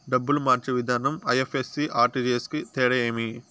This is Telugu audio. డబ్బులు మార్చే విధానం ఐ.ఎఫ్.ఎస్.సి, ఆర్.టి.జి.ఎస్ కు తేడా ఏమి?